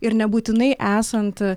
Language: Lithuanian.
ir nebūtinai esant